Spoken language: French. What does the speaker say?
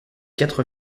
quatre